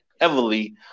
heavily